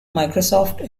microsoft